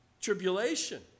tribulation